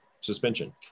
suspension